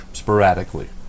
sporadically